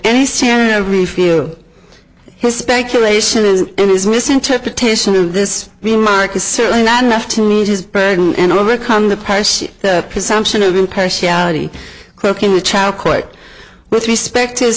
any santa review his speculation is in his misinterpretation of this remark is certainly not enough to meet his burden and overcome the parish the presumption of impartiality cooking with child court with respect to